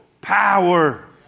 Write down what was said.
Power